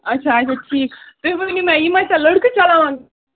اَچھا اَچھا ٹھیٖک تُہۍ ؤنِو مےٚ یِم ٲسیٛا لٔڑکہٕ چلاوان